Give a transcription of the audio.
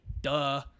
duh